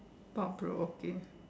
thought provoking